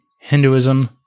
Hinduism